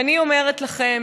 ואני אומרת לכם,